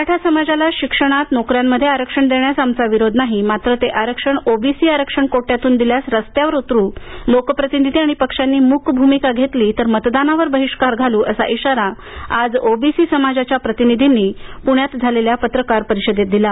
मराठा समाजाला शिक्षणात नोकऱ्यात आरक्षण देण्यास आमचा विरोध नाही मात्र ते आरक्षण ओबीसी आरक्षण कोट्यातून दिल्यास रस्त्यावर उतरू लोकप्रतिनिधी आणि पक्षांनी म्रक भ्रमिका घेतली तर मतदानावर बहिष्कार घालू असा इशारा आज ओबीसी समाजाच्या प्रतिनिधींनी आज प्ण्यात झालेल्या पत्रकार परिषदेत दिला